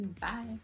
Bye